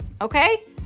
Okay